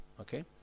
Okay